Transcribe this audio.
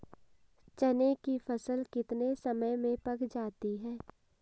चने की फसल कितने समय में पक जाती है?